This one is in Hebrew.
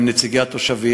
עם נציגי התושבים,